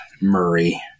Murray